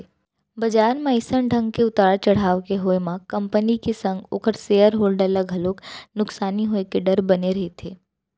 बजार म अइसन ढंग के उतार चड़हाव के होय म कंपनी के संग ओखर सेयर होल्डर ल घलोक बरोबर नुकसानी होय के डर बने रहिथे